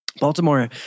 Baltimore